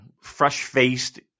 fresh-faced